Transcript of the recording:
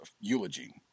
eulogy